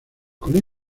con